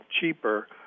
cheaper